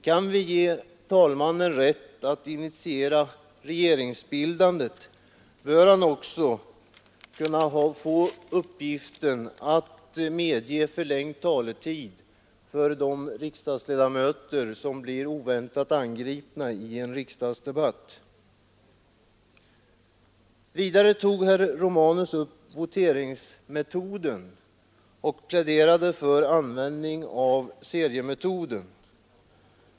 Kan vi ge talmannen rätt att initiera regeringsbildandet bör han också kunna få uppgiften att medge förlängd taletid för de riksdagsledamöter som blir oväntat angripna i en riksdagsdebatt. Vidare tog herr Romanus upp voteringsmetoden och pläderade för användning av seriemetoden.